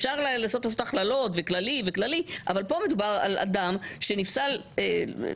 אפשר לעשות הכללות וכללים אבל כאן מדובר על אדם שנפסל בהלכת